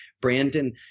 Brandon